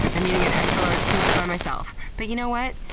i'm eating an extra-large pizza by myself. but you know what?